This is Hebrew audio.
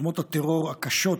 יוזמות הטרור הקשות.